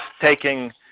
taking